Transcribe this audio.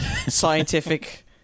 scientific